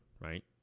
right